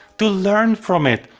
to learn from it,